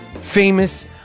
Famous